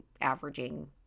averaging